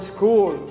School